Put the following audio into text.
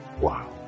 wow